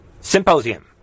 symposium